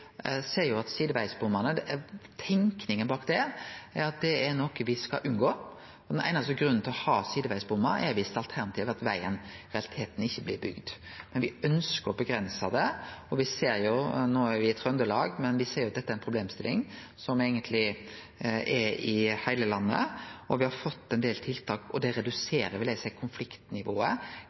tenkinga bak det, er noko me skal unngå. Den einaste grunnen til å ha sidevegsbommar er dersom alternativet er at vegen i realiteten ikkje blir bygd, men me ønskjer å avgrense det. No er me i Trøndelag, men me ser jo at dette er ei problemstilling som eigentleg er i heile landet. Me har fått ein del tiltak, og det reduserer, vil eg seie, konfliktnivået